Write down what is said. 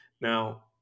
Now